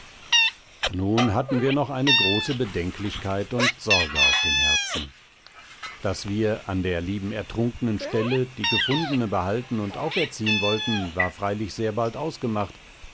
nun hatten wir noch eine große bedenklichkeit und sorge auf dem herzen daß wir an der lieben ertrunknen stelle die gefundne behalten und auferziehn wollten war freilich sehr bald ausgemacht